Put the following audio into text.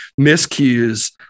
miscues